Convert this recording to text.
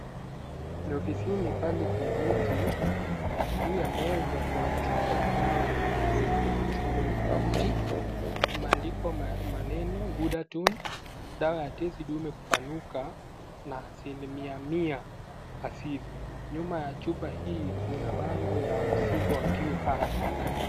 Ni ofisini pale kliniki juu ya meza kuna chupa ya dawa nyeupe, yenye michoro tofauti imeendikwa maneno ghudatun ,dawa ya tesi dume kupanuka, na asilimia asili nyuma ya chupa hii kuna bango la kimbo kiuhara.